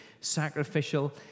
sacrificial